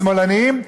משמאלנים,